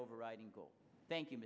overriding goal thank you